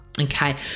okay